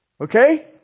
Okay